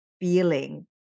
feeling